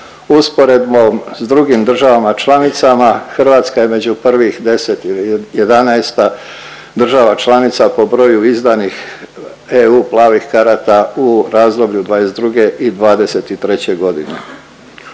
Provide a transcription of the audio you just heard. usporedbom s drugim državama članicama, Hrvatska je među prvih 10 ili 11. država članica po broju izdanih EU plavih u razdoblju '22. i '23. godine.